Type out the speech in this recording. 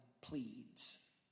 pleads